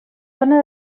dóna